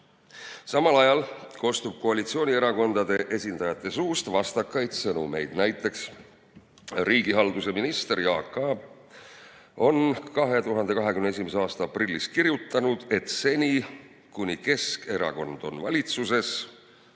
Samal ajal kostab koalitsioonierakondade esindajate suust vastakaid sõnumeid. Näiteks riigihalduse minister Jaak Aab on 2021. aasta aprillis kirjutanud, et seni, kuni Keskerakond on valitsuses,